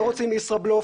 לא רוצים ישרא-בלוף,